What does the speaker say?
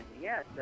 yes